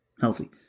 healthy